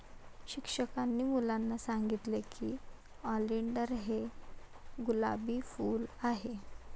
शिक्षकांनी मुलांना सांगितले की ऑलिंडर हे गुलाबी फूल आहे